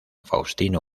faustino